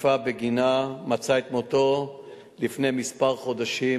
תקיפה שבגינה מצא את מותו לפני כמה חודשים,